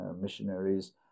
missionaries